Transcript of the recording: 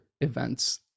events